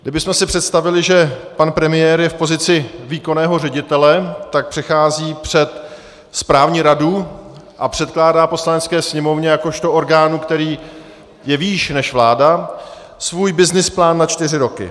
Kdybychom si představili, že pan premiér je v pozici výkonného ředitele, tak přichází před správní radu a předkládá Poslanecké sněmovně jakožto orgánu, který je výš než vláda, svůj byznysplán na čtyři roky.